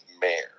mayor